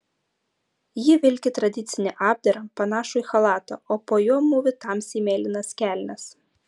ji vilki tradicinį apdarą panašų į chalatą o po juo mūvi tamsiai mėlynas kelnes